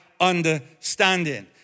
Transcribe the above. understanding